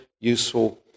useful